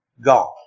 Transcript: gone